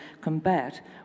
combat